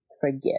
forgive